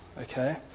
okay